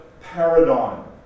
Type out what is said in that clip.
paradigm